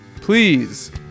please